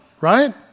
right